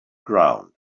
ground